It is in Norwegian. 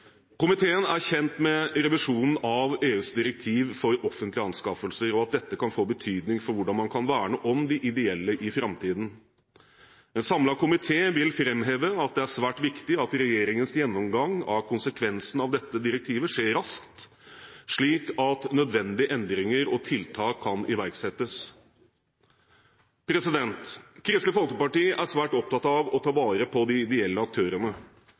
Komiteen er kjent med revisjonen av EUs direktiv for offentlige anskaffelser, og at dette kan få betydning for hvordan man kan verne om de ideelle i framtiden. En samlet komité vil framheve at det er svært viktig at regjeringens gjennomgang av konsekvensen av dette direktivet skjer raskt, slik at nødvendige endringer og tiltak kan iverksettes. Kristelig Folkeparti er svært opptatt av å ta vare på de ideelle aktørene.